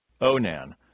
Onan